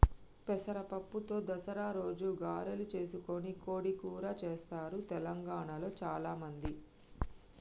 పెసర పప్పుతో దసరా రోజు గారెలు చేసుకొని కోడి కూర చెస్తారు తెలంగాణాల చాల మంది